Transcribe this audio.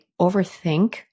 overthink